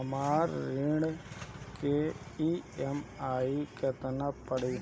हमर ऋण के ई.एम.आई केतना पड़ी?